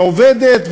ועובדת,